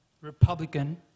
Republican